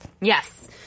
Yes